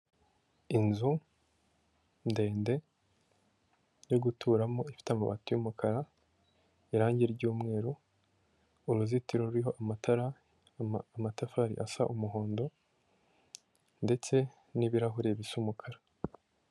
Inzu ndende yo guturamo ifite amabati y'umukara, irange ry'umweru uruzitiro ruriho amatara, amatafari asa umuhondo ndetse n'ibirahure bisa umukara.